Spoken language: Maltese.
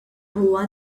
huwa